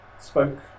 Spoke